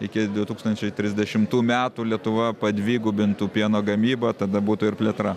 iki du tūkstančiai trisdešimtų metų lietuva padvigubintų pieno gamybą tada būtų ir plėtra